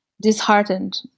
disheartened